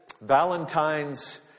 Valentine's